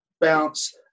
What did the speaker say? bounce